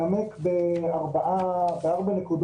ואני גם כבר מראש אבקש התייחסות